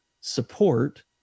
support